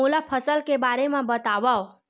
मोला फसल के बारे म बतावव?